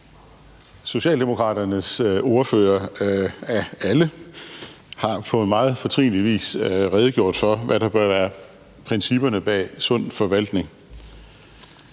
Socialdemokraternes ordfører af alle har på meget fortrinlig vis redegjort for, hvad der bør være principperne bag en sund forvaltning.